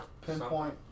pinpoint